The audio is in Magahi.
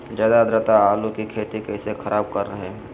ज्यादा आद्रता आलू की खेती कैसे खराब कर रहे हैं?